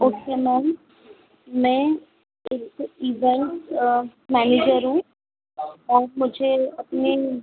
okay ma'am मैं इधर manager हूँ और मुझे अपने